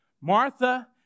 Martha